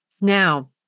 now